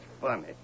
funny